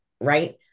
right